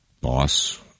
boss